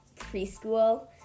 preschool